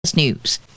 news